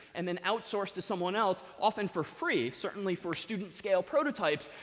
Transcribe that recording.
and then outsource to someone else, often for free. certainly for student scale prototypes,